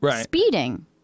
speeding